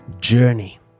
journey